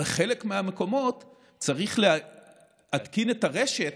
בחלק מהמקומות צריך להתקין את הרשת,